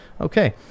Okay